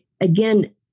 again